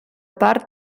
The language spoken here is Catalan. part